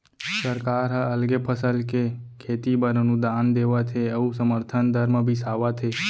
सरकार ह अलगे फसल के खेती बर अनुदान देवत हे अउ समरथन दर म बिसावत हे